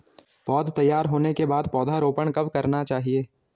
पौध तैयार होने के बाद पौधा रोपण कब करना चाहिए?